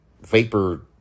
Vapor